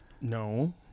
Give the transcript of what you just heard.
No